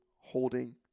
holding